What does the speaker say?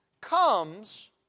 comes